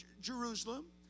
Jerusalem